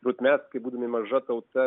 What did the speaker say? vat mes kaip būdami maža tauta